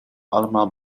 allemaal